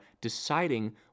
deciding